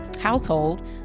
household